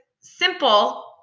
simple